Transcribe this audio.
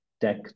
Deck